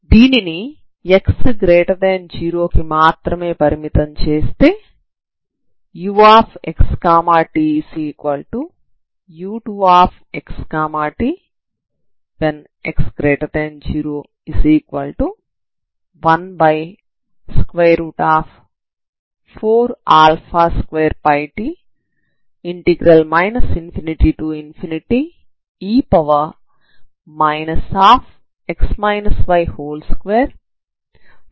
దీనిని x0 కి మాత్రమే పరిమితం చేస్తే uxtu2xt|x014α2πt ∞e 242tf2dy అవుతుంది